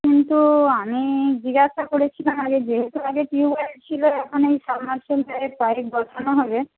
কিন্তু আমি জিজ্ঞাসা করেছিলাম যে যেহেতু আগে টিউবওয়েল ছিল এখন এই পাইপ বসানো হবে